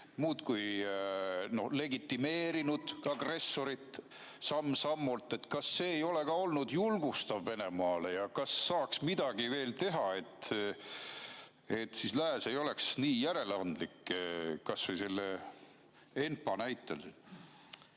muudkui legitimeerinud agressorit samm-sammult. Kas see ei ole ka olnud julgustav Venemaale? Ja kas saaks midagi veel teha, et lääs ei oleks nii järeleandlik, kas või selle ENPA näitel?